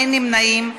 אין נמנעים.